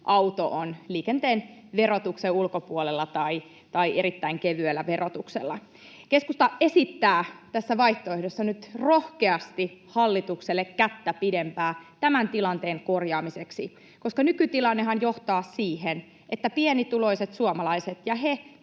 auto on liikenteen verotuksen ulkopuolella tai erittäin kevyellä verotuksella. Keskusta esittää tässä vaihtoehdossa nyt rohkeasti hallitukselle kättä pidempää tämän tilanteen korjaamiseksi, koska nykytilannehan johtaa siihen, että pienituloiset suomalaiset ja ne